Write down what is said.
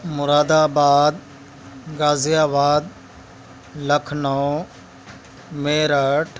Moradabad Ghaziabad Lucknow Meerut